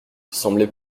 semblait